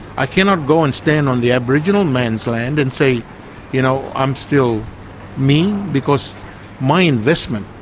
i cannot go and stand on the aboriginal man's land and say you know i'm still me, because my investment